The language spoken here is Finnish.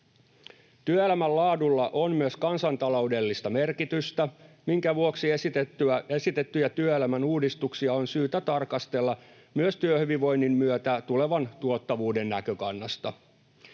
Työelämän laadulla on myös kansantaloudellista merkitystä, minkä vuoksi esitettyjä työelämän uudistuksia on syytä tarkastella myös työhyvinvoinnin myötä tulevan tuottavuuden näkökulmasta.